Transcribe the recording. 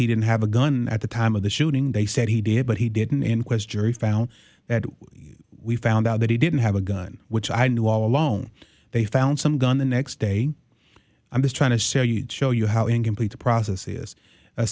he didn't have a gun at the time of the shooting they said he did but he did an inquest jury found that when we found out that he didn't have a gun which i knew all alone they found some gun the next day i'm just trying to show you show you how incomplete the process is